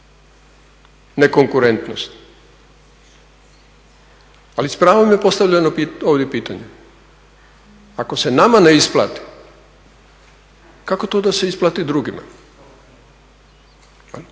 nekonkurentnosti. Ali s pravom je postavljeno ovdje pitanje, ako se nama ne isplati, kako to da se isplati drugima? S